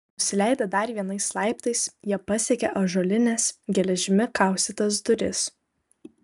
nusileidę dar vienais laiptais jie pasiekė ąžuolines geležimi kaustytas duris